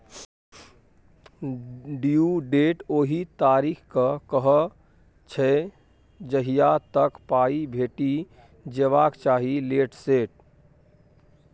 due date ओहि तारीख केँ कहय छै जहिया तक पाइ भेटि जेबाक चाही लेट सेट